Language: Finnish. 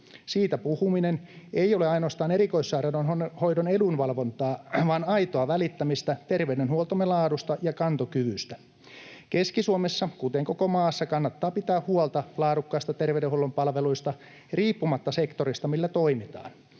Siitä puhuminen ei ole ainoastaan erikoissairaanhoidon edunvalvontaa, vaan aitoa välittämistä terveydenhuoltomme laadusta ja kantokyvystä. Keski-Suomessa, kuten koko maassa, kannattaa pitää huolta laadukkaista terveydenhuollon palveluista riippumatta sektorista, millä toimitaan,